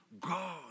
God